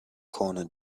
corner